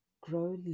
grow